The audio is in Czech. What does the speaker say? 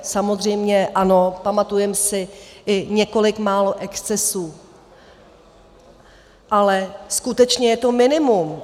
Samozřejmě ano, pamatujeme si i několik málo excesů, ale skutečně je to minimum.